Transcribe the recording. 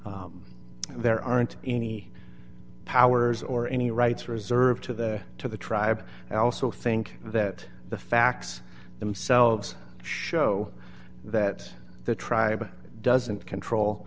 there aren't any powers or any rights reserved to the to the tribe i also think that the facts themselves show that the tribe doesn't